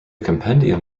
compendium